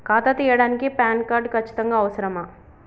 ఖాతా తీయడానికి PAN card ఖచ్చితంగా అవసరమా?